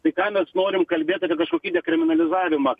tai ką mes norim kalbėt apie kažkokį dekriminalizavimą